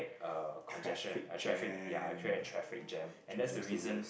a congestion a traffic ya actually a traffic jam and that's the reason